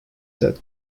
that